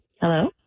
Hello